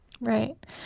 right